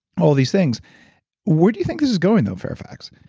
all these things where do you think this is going though, fairfax?